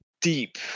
deep